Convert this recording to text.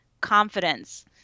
confidence